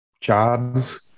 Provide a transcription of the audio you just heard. jobs